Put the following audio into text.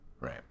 right